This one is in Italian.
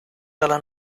dalla